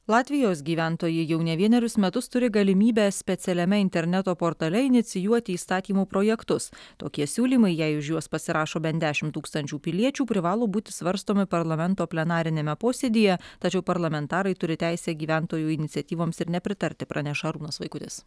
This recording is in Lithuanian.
latvijos gyventojai jau ne vienerius metus turi galimybę specialiame interneto portale inicijuoti įstatymų projektus tokie siūlymai jei už juos pasirašo bent dešimt tūkstančių piliečių privalo būti svarstomi parlamento plenariniame posėdyje tačiau parlamentarai turi teisę gyventojų iniciatyvoms ir nepritarti praneša arūnas vaikutis